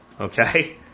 Okay